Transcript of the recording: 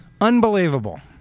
Unbelievable